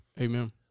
amen